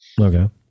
Okay